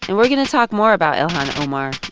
and we're going to talk more about ilhan omar